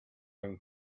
own